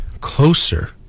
closer